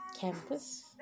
campus